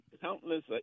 countless